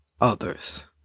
others